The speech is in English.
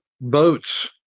boats